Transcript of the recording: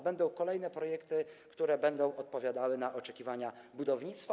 Będą kolejne projekty, które będą odpowiadały na oczekiwania budownictwa.